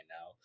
now